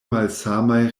malsamaj